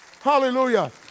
Hallelujah